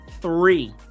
three